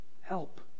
help